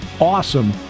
awesome